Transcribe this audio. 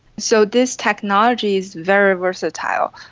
so this technology is very versatile.